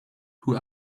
who